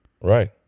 Right